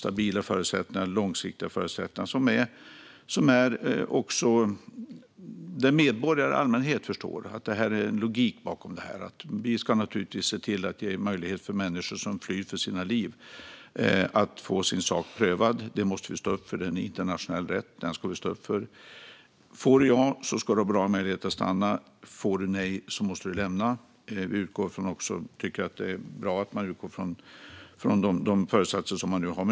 Det ska vara stabila och långsiktiga förutsättningar som medborgare och allmänhet förstår att det finns en logik bakom. Människor som flyr för sina liv ska naturligtvis ha möjlighet att få sin sak prövad. Det måste vi stå upp för. Det är en internationell rätt, och den ska vi stå upp för. Får du sedan ja ska du ha bra möjligheter att stanna. Får du nej måste du lämna landet. Jag tycker att det är bra att man utgår från de föresatser som man nu har.